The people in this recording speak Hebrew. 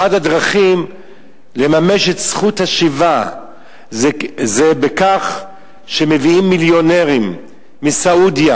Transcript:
אחת הדרכים לממש את זכות השיבה זה בכך שמביאים מיליונרים מסעודיה